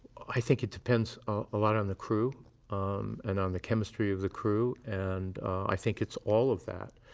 i think it depends a lot on the crew um and on the chemistry of the crew. and i think it's all of that.